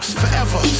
forever